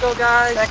so guys!